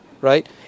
right